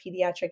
pediatric